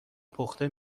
پخته